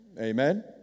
Amen